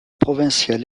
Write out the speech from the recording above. provincial